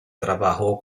trabajó